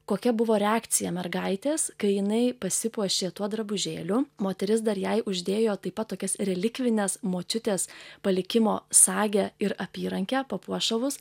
kokia buvo reakcija mergaitės kai jinai pasipuošė tuo drabužėliu moteris dar jai uždėjo taip pat tokias relikvines močiutės palikimo sagę ir apyrankę papuošalus